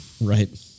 right